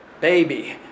baby